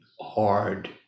hard